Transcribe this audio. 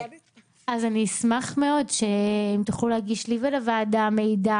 אז אני אשמח מאוד אם תוכלו להגיש לי ולוועדה מידע,